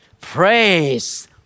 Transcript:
praise